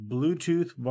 Bluetooth